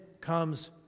comes